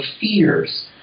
fears